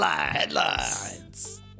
Headlines